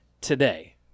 today